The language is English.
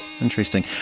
Interesting